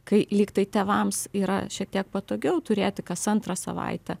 kai lygtai tėvams yra šiek tiek patogiau turėti kas antrą savaitę